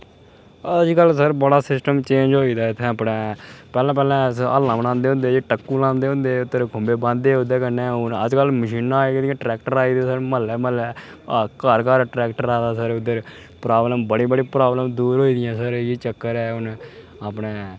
अजकल सर बड़ा system change होई दा इत्थै अपने पैह्लें पैह्लें अस ह'ल्लां बनांदे होंदे हे टक्कू लांदे होंदे हे उद्धर खुंबे बांह्दे हे उं'दे कन्नै ते हून अजकल मशीनां आई गेदियां ट्रैक्टर आई दे सर मह्ल्लै मह्ल्लै हर घर घर ट्रैक्टर आए दा सर उद्धर प्राब्लम बड़ियां बड़ियां प्राब्लमां दूर होई दियां सर एह् चक्कर ऐ हुन अपने